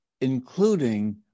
including